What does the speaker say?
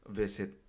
visit